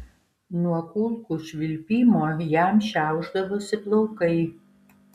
nuo kulkų švilpimo jam šiaušdavosi plaukai